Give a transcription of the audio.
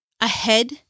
ahead